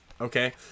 Okay